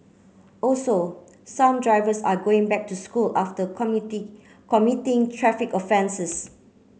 also some drivers are going back to school after committed committing traffic offences